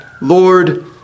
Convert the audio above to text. Lord